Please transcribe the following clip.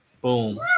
Boom